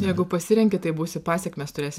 jeigu pasirenki tai būsi pasekmes turėsi